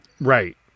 Right